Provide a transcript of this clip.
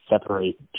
separate